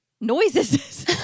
Noises